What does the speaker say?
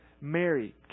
Mary